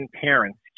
parents